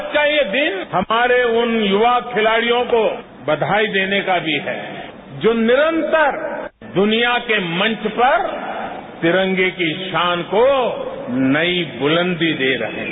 आज का यह दिन हमारे उन युवा खिलाड़ियों को बधाई देने का भी है जो निरंतर दुनिया के मंच पर तिरंगे की शान को नई बुलंदी दे रहे हैं